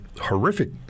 horrific